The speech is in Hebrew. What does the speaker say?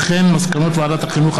מסקנות ועדת החינוך,